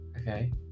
Okay